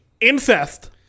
Incest